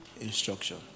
instruction